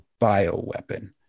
bioweapon